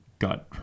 Got